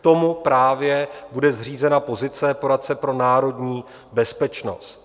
K tomu právě bude zřízena pozice poradce pro národní bezpečnost.